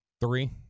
Three